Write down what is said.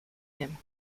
him